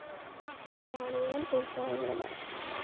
തിരുനാളുകളും ഉത്സവങ്ങളുമാണ്